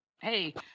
Hey